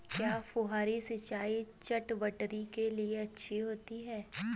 क्या फुहारी सिंचाई चटवटरी के लिए अच्छी होती है?